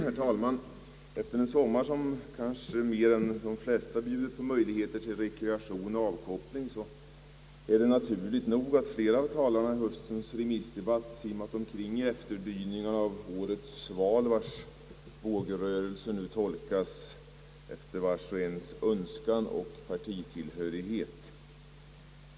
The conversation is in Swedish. Herr talman! Efter en sommar som kanske mer än de flesta bjudit på möjligheter till rekreation och avkoppling är det tydligt att flera av talarna i höstens remissdebatt simmat omkring i efterdyningar av höstens val vars vågrörelser nu tolkas efter vars och ens önskan och partitillhörighet.